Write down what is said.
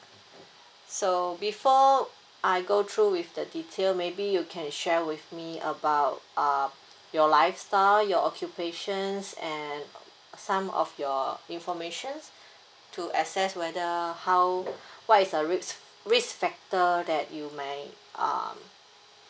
so before I go through with the detail maybe you can share with me about uh your lifestyle your occupations and some of your information to access whether how what is the risk risk factor that you may uh